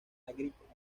agrícola